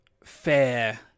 fair